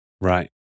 Right